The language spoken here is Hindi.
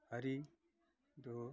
हरी दो